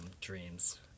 dreams